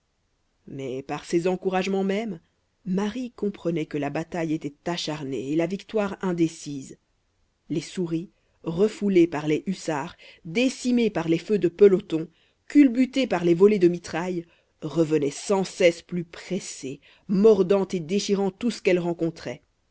mais par ces encouragements mêmes marie comprenait que la bataille était acharnée et la victoire indécise les souris refoulées par les hussards décimées par les feux de peloton culbutées par les volées de mitraille revenaient sans cesse plus pressées mordant et déchirant tout ce qu'elles rencontraient